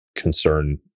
concern